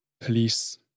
police